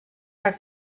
per